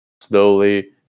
slowly